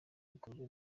ibikorwa